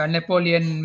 Napoleon